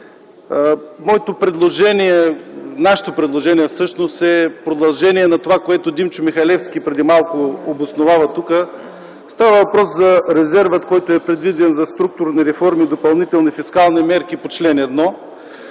Моето и нашето предложение всъщност е продължение на това, което Димчо Михалевски преди малко обоснова тук. Става въпрос за резерва, който е предвиден за структурни реформи – Допълнителни фискални мерки по чл. 1.